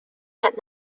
had